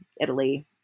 Italy